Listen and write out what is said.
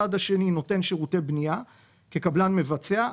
הצד השני נותן שירותי בנייה כקבלן מבצע,